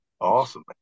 Awesome